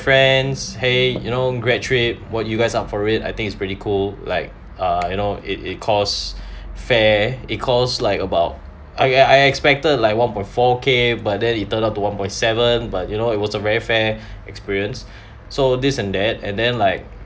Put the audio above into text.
friends !hey! you know graduate what you guys up for it I think it's pretty cool like uh you know it it cost fair it costs like about okay I expected like one point four K but then it turn out to one point seven but you know it was a very fair experience so this and that and then like